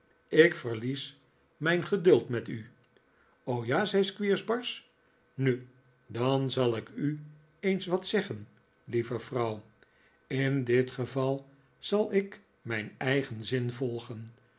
ik verlies niijn geduld met u ja zei squeers barsch nu dan zal ik u eens wat zegaen lieve vrouw in dit geval zal ik mijn eigen ziri volgen